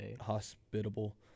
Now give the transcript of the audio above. hospitable